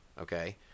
Okay